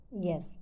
Yes